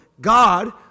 god